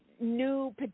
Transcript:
new